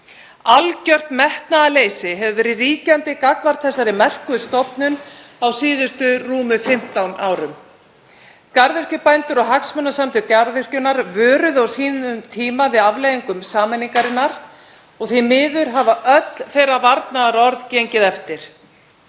Algjört metnaðarleysi hefur verið ríkjandi gagnvart þessari merku stofnun á síðustu rúmum 15 árum. Garðyrkjubændur og hagsmunasamtök garðyrkjunnar vöruðu á sínum tíma við afleiðingum sameiningarinnar og því miður hafa öll þeirra varnaðarorð gengið eftir.